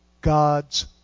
God's